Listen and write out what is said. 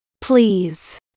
Please